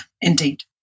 Indeed